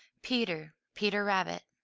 peter! peter rabbit!